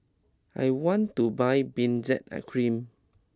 I want to buy Benzac I Cream